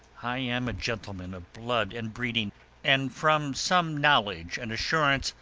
i am a gentleman of blood and breeding and from some knowledge and assurance